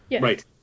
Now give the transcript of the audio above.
Right